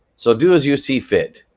so do as you see fit,